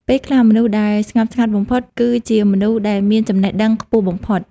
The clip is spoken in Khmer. ពេលខ្លះ មនុស្សដែលស្ងប់ស្ងាត់បំផុត គឺជាមនុស្សដែលមានចំណេះដឹងខ្ពស់បំផុត។